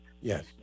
Yes